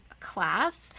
class